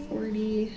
Forty